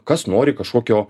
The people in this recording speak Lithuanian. kas nori kažkokio